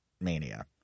Mania